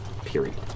period